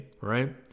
right